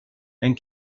and